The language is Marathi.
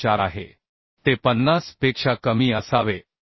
34 आहे ते 50 पेक्षा कमी असावे